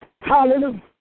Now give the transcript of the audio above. Hallelujah